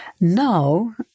Now